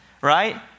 right